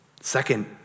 Second